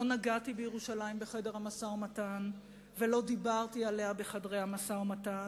לא נגעתי בירושלים בחדר המשא-ומתן ולא דיברתי עליה בחדרי המשא-ומתן,